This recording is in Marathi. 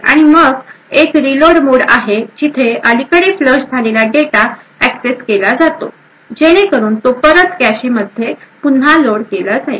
आणि मग एक रीलोड मोड आहे जेथे अलीकडे फ्लश झालेला झालेला डेटा एक्सेस केला जातो जेणेकरून तो परत कॅशेमध्ये पुन्हा लोड केला जाईल